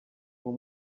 uwo